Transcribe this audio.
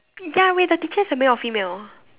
ya wait the teacher is a male or female